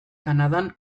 kanadan